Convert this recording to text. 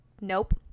nope